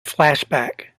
flashback